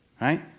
right